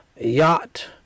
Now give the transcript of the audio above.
yacht